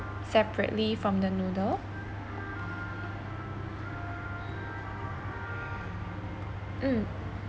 separately from the noodle mm